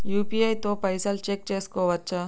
UPI తో పైసల్ check చేసుకోవచ్చా?